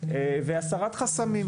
והסרת חסמים.